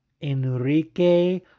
Enrique